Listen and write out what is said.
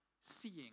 seeing